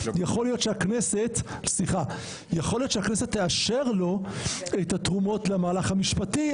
יכול להיות שהכנסת תאשר לו את התרומות למהלך המשפטי,